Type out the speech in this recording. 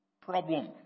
problem